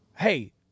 Hey